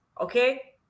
Okay